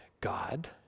God